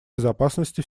безопасности